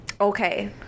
Okay